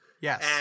yes